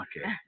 Okay